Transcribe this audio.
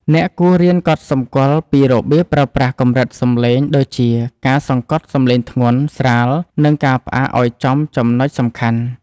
អ្នកគួររៀនកត់សម្គាល់ពីរបៀបប្រើប្រាស់កម្រិតសំឡេង ដូចជាការសង្កត់សំឡេងធ្ងន់ស្រាល និងការផ្អាកឱ្យចំចំណុចសំខាន់។